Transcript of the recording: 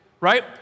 right